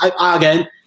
Again